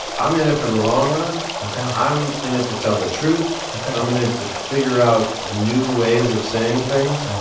i'm in it for the long run ok i'm in it to tell the truth ok i'm in it to figure out new ways of saying things.